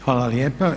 Hvala lijepa.